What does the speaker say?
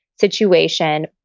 situation